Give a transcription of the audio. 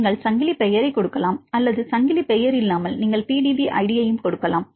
நீங்கள் சங்கிலி பெயரை கொடுக்கலாம் அல்லது சங்கிலி பெயர் இல்லாமல் நீங்கள் PDB ஐடி யையும் கொடுக்கலாம்